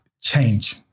change